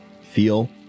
feel